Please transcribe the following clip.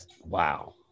wow